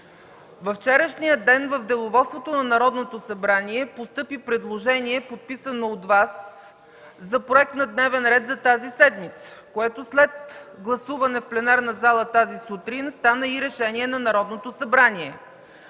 във вчерашния ден в Деловодството на Народното събрание постъпи предложение, подписано от Вас, за проект на дневен ред за тази седмица, което след гласуването в пленарната зала тази сутрин стана и решение на Народното събрание.